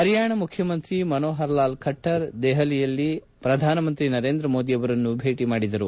ಹರಿಯಾಣದ ಮುಖ್ಯಮಂತ್ರಿ ಮನೋಹರ್ ಲಾಲ್ ಖಟ್ಟರ್ ದೆಹಲಿಯಲ್ಲಿ ಶ್ರಧಾನಮಂತ್ರಿ ನರೇಂದ್ರ ಮೋದಿ ಅವರನ್ನು ಭೇಟಿ ಮಾಡಿದರು